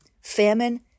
famine